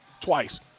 twice